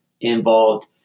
involved